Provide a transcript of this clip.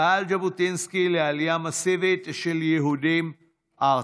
פעל ז'בוטינסקי לעלייה מסיבית של יהודים ארצה.